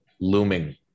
looming